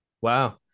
wow